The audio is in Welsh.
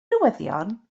newyddion